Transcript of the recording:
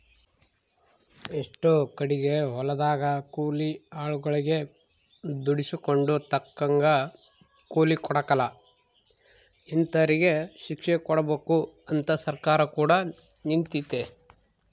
ಎಷ್ಟೊ ಕಡಿಗೆ ಹೊಲದಗ ಕೂಲಿ ಆಳುಗಳಗೆ ದುಡಿಸಿಕೊಂಡು ತಕ್ಕಂಗ ಕೂಲಿ ಕೊಡಕಲ ಇಂತರಿಗೆ ಶಿಕ್ಷೆಕೊಡಬಕು ಅಂತ ಸರ್ಕಾರ ಕೂಡ ನಿಂತಿತೆ